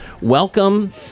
welcome